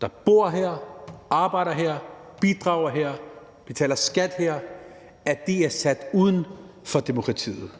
der bor her, arbejder her, bidrager her og betaler skat her er sat uden for demokratiet.